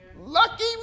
Lucky